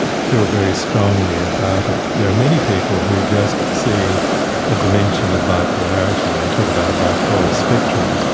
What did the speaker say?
feel very strongly about it. there are many people who just see a dimension of bipolarity and they talk about a bipolar spectrum,